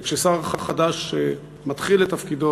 כששר חדש מתחיל את תפקידו,